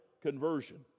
conversion